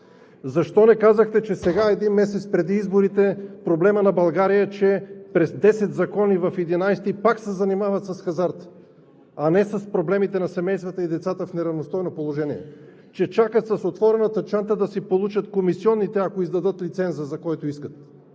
Защо не казахте, че сега един месец преди изборите проблемът на България е, че през 10 закона в 11-тия пак се занимават с хазарт, а не с проблемите на семействата и децата в неравностойно положение, че чакат с отворената чанта да си получат комисионите, ако издадат лиценза, за който искат.